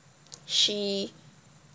she